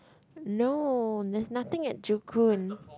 no there's nothing at joo koon